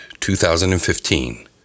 2015